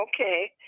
Okay